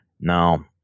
Now